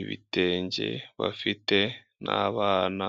ibitenge bafite n'abana.